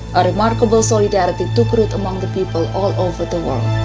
a remarkable solidarity took root among the people all over the world.